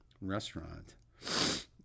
restaurant